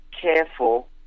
careful